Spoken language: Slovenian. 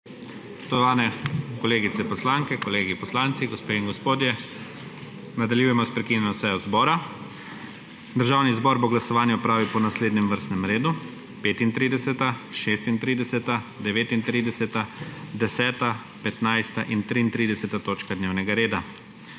Spoštovani kolegice poslanke, kolegi poslanci, gospe in gospodje! Nadaljujemo s prekinjeno sejo zbora. Državni zbor bo glasovanje opravil po naslednjem vrstnem redu: 35., 36., 39., 10., 15. in 33. točka dnevnega reda.